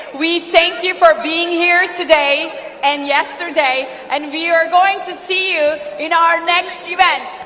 we thank you for being here today and yesterday, and we are going to see you in our next event.